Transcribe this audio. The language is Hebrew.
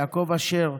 יעקב אשר,